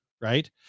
right